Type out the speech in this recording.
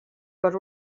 per